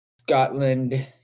Scotland